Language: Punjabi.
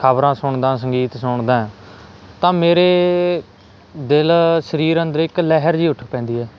ਖਬਰਾਂ ਸੁਣਦਾ ਸੰਗੀਤ ਸੁਣਦਾ ਤਾਂ ਮੇਰੇ ਦਿਲ ਸਰੀਰ ਅੰਦਰ ਇੱਕ ਲਹਿਰ ਜਿਹੀ ਉੱਠ ਪੈਂਦੀ ਹੈ